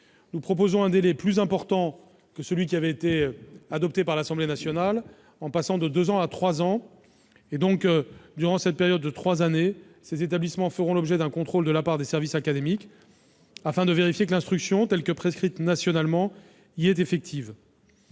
Nous optons pour un délai plus important que celui qui avait été adopté par l'Assemblée nationale, en passant de deux à trois ans. Durant cette période de trois années, ces établissements feront l'objet d'un contrôle de la part des services académiques, afin de vérifier que l'instruction, telle qu'elle est prescrite nationalement, y est effective.